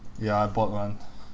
ya I bought one